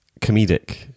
comedic